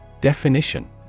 Definition